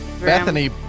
Bethany